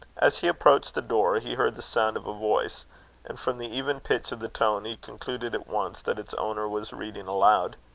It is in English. as he approached the door, he heard the sound of a voice and from the even pitch of the tone, he concluded at once that its owner was reading aloud.